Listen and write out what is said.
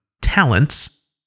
talents